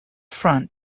front